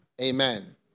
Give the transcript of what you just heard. amen